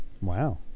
Wow